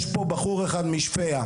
יש פה בחור אחד משפיה.